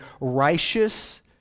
righteous